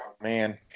man